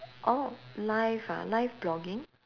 orh live ah live blogging